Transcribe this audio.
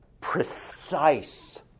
precise